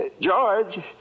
george